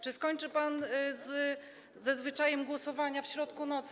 Czy skończy pan ze zwyczajem głosowania w środku nocy?